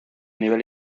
nivel